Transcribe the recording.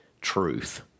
truth